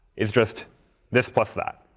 it's just this plus that.